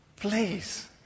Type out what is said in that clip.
Please